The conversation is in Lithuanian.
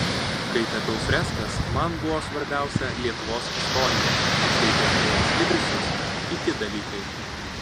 kai tapiau freskas man buvo svarbiausia lietuvos istorija kai piešiau ekslibrisus kiti dalykai